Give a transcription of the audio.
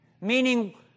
Meaning